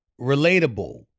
relatable